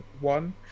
one